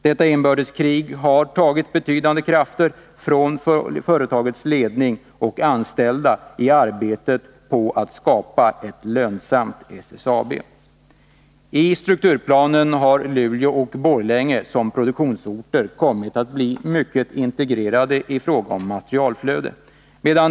Detta ”inbördeskrig” har tagit betydande krafter från företagets ledning och anställda i arbetet på att skapa ett lönsamt SSAB. I strukturplanen har Luleå och Borlänge som produktionsorter kommit att bli mycket integrerade i fråga om materialflöde.